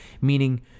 meaning